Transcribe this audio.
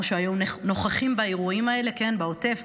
או שהיו נוכחים באירועים האלה בעוטף,